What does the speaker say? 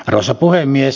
arvoisa puhemies